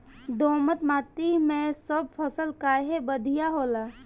दोमट माटी मै सब फसल काहे बढ़िया होला?